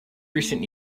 recent